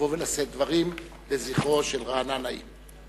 לבוא ולשאת דברים לזכרו של רענן נעים.